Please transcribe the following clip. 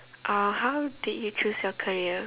uh how did you choose your career